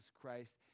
Christ